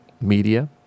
media